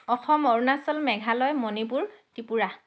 Assam Arunachal Meghalaya Manipur Tripura